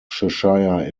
cheshire